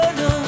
no